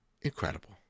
Incredible